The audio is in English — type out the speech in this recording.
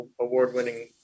award-winning